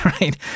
right